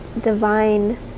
divine